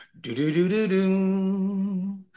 Do-do-do-do-do